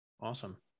Awesome